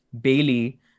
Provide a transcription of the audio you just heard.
Bailey